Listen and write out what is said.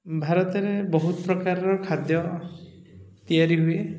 ଭାରତରେ ବହୁତ ପ୍ରକାରର ଖାଦ୍ୟ ତିଆରି ହୁଏ